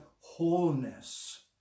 wholeness